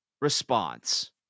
response